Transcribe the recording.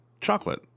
chocolate